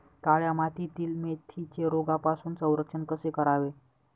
काळ्या मातीतील मेथीचे रोगापासून संरक्षण कसे करावे?